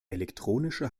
elektronische